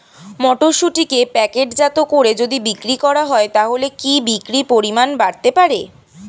মটরশুটিকে প্যাকেটজাত করে যদি বিক্রি করা হয় তাহলে কি বিক্রি পরিমাণ বাড়তে পারে?